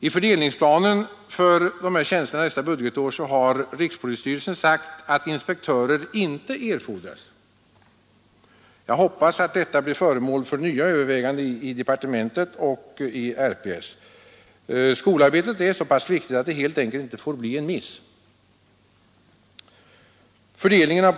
I fördelningsplanen för dessa tjänster nästa budgetår har rikspolisstyrelsen sagt att inspektörer inte erfordras. Jag hoppas att detta blir föremål för nya överväganden i departementet och i rikspolisstyrelsen. Skolarbetet är så viktigt att det helt enkelt inte 61 Nr 106 får bli en miss.